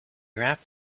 wrapped